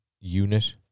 unit